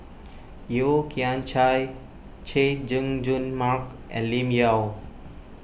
Yeo Kian Chai Chay Jung Jun Mark and Lim Yau